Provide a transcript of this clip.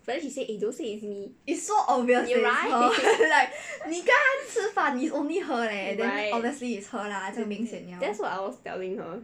but then she said eh don't say it's me right right that's what I was telling her